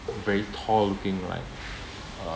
very tall looking like uh